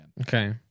Okay